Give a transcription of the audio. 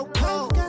cold